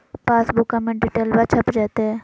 पासबुका में डिटेल्बा छप जयते?